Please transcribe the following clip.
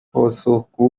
پاسخگو